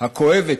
הכואבת,